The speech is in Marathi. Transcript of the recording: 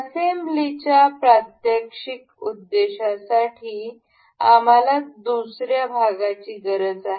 असेंब्लीच्या प्रात्यक्षिक उद्देशासाठी आम्हाला दुसर्या भागाची गरज आहे